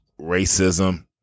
racism